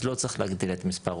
אז לא צריך להגדיל את מספר הרופאים.